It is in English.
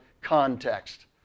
context